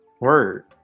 Word